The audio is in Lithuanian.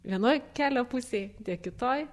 vienoj kelio pusėj kitoj